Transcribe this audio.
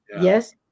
yes